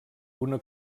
una